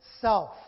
self